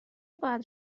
باید